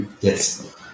Yes